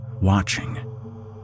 watching